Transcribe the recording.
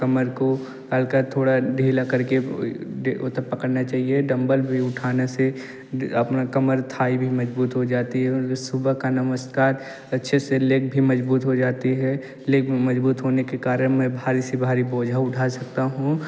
कमर को हल्का थोड़ा ढीला कर के पकड़ना चाहिए डंबल भी उठाने से आपकी कमर थाई भी मज़बूत हो जाती है और सुबह का नमस्कार अच्छे से लेग भी मज़बूत हो जाते हैं लेग मज़बूत होने के कारण में भारी से भारी बोझ उठा सकता हूँ